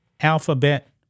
alphabet